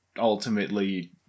ultimately